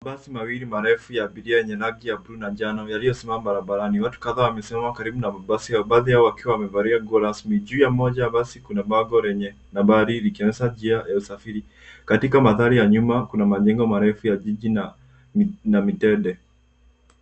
Basi mawili marefu ya abiria enye rangi ya bluu na njano na yaliosimama barabarani, watu kadhaa karibu na mabasi badhaa hawa wakiwa wamevalia nguo rasmi. Juu ya moja ya basi kuna bango lenye nambari likionyesha njia ya usafiri. Katika magari ya nyuma kuna majengo marefu ya jiji na mitende.